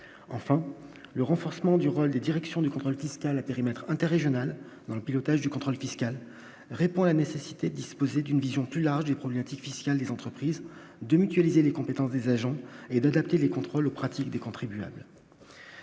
enfin le renforcement du rôle des directions du contrôle fiscal atterrit maître interrégional dans le pilotage du contrôle fiscal répond à la nécessité, disposer d'une vision plus large des problématiques fiscales des entreprises de mutualiser les compétences des agents et de capter les contrôles pratique des contribuables.